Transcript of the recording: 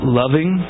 loving